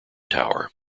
tower